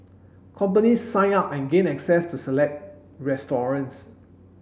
companies sign up and gain access to select restaurants